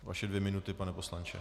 Vaše dvě minuty, pane poslanče.